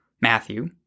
Matthew